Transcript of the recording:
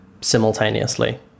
simultaneously